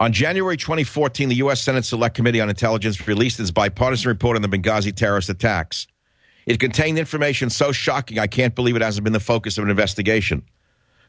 on january twenty fourth in the u s senate select committee on intelligence released this bipartisan report on the magaji terrorist attacks it contained information so shocking i can't believe it has been the focus of an investigation